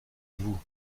vous